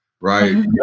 right